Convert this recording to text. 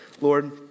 Lord